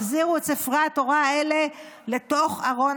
החזירו את ספרי התורה האלה לתוך ארון